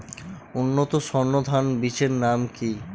উন্নত সর্ন ধান বীজের নাম কি?